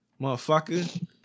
motherfucker